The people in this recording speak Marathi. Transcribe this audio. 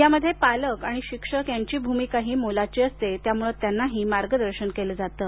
यामध्ये पालक आणि शिक्षक यांची भूमिकाही मोलाची असते त्यामुळं त्यांनाही मार्गदर्शन केलं जातं